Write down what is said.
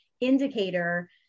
indicator